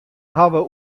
hawwe